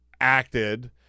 acted